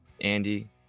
Andy